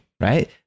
right